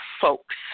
folks